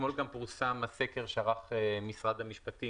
אתמול גם פורסם הסקר שערך משרד המשפטים,